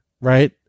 right